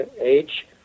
age